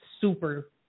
super